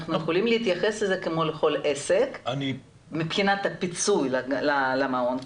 אנחנו יכולים להתייחס לזה כמו לכל עסק מבחינת הפיצוי למעון.